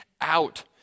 out